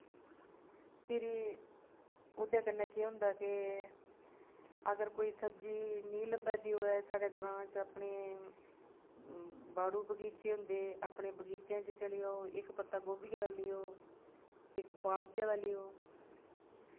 भिरी ओह्दै कन्नै केह् होंदा कि अगर कोई सब्जी नेंई लब्भै दी होऐ साढ़ै ग्रांऽ च अपनै बाड़ू बगीचे होंदे अपनैं बगीचैं च चली जाओ इक पत्ता गोभिये दा लैओ इक पालकै दा लैओ